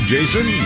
Jason